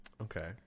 Okay